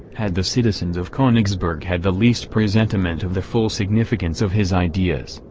had the citizens of konigsberg had the least presentiment of the full significance of his ideas,